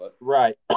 Right